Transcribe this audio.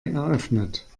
eröffnet